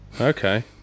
Okay